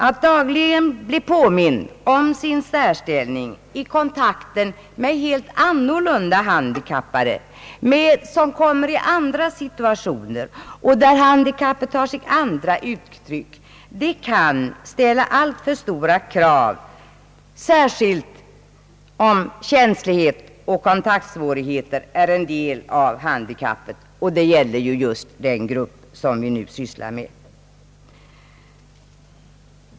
Att dagligen bli påmind om sin särställning i kontakten med helt andra handikappsituationer och handikapputtryck kan ställa alltför stora krav, särskilt om känslighet eller kontaktsvårigheter är en del av handikappet. Det gäller just den grupp vi här sysslar med.